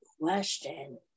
Question